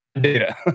data